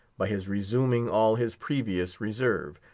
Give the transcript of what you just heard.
by his resuming all his previous reserve,